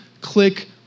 click